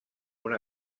una